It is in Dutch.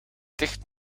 dicht